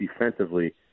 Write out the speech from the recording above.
defensively